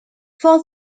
for